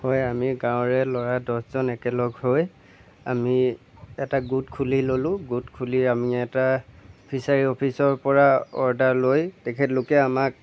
হয় আমি গাঁৱৰে ল'ৰা দহজন একেলগ হৈ আমি এটা গোট খুলি ললোঁ গোট খুলি আমি এটা ফিচাৰী অফিচৰ পৰা অৰ্ডাৰ লৈ তেওঁলোকে আমাক